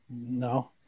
No